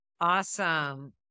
Awesome